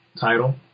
title